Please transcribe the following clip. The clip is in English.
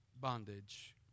bondage